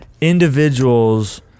individuals